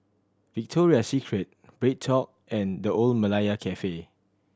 Victoria Secret BreadTalk and The Old Malaya Cafe